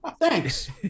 thanks